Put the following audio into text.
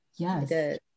yes